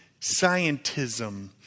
scientism